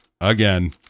Again